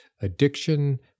addiction